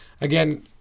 again